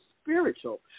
spiritual